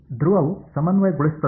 ಧ್ರುವವು ಸಮನ್ವಯಗೊಳಿಸುತ್ತದೆ